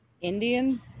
Indian